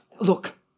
look